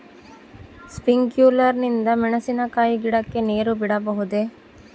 Sprinkler ನಿಂದ ಮೆಣಸಿನಕಾಯಿ ಗಿಡಕ್ಕೆ ನೇರು ಬಿಡಬಹುದೆ?